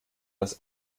das